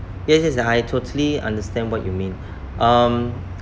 yes yes yes I totally understand what you mean um